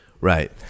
right